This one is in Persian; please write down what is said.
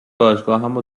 باشگاهمو